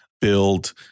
build